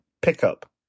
pickup